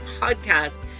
podcast